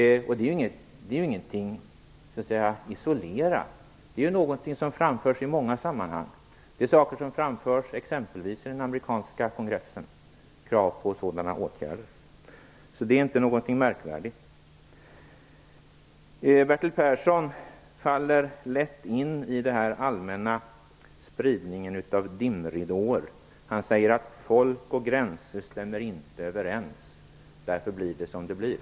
Detta är ingenting isolerat. Det framförs i många sammanhang. Exempelvis framförs det i den amerikanska kongressen krav på sådana åtgärder. Detta är alltså inte någonting märkvärdigt. Bertil Persson faller lätt in i den allmänna spridningen av dimridåer. Han säger att folk och gränser inte stämmer överens; därför blir det som det blir.